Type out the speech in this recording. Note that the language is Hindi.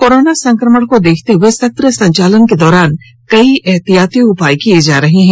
कोरोना संक्रमण को देखते हए सत्र संचालन के दौरान कई एहतियातन उपाय किये जा रहे हैं